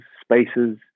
spaces